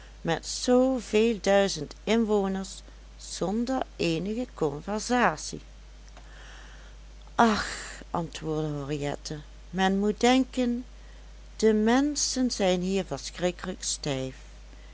met zoo veel duizend inwoners zonder eenige conversatie ach antwoordde henriette men moet denken de menschen zijn hier verschrikkelijk stijf